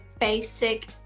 basic